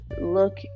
look